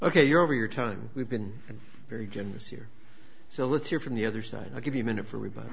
ok you're over your time we've been very generous here so let's hear from the other side i'll give you a minute for rebutt